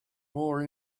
more